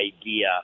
idea